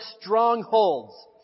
strongholds